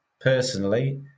personally